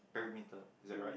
parameter is that right